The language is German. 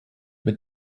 mit